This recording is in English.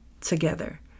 together